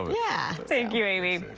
yeah thank you, amy.